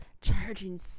Charging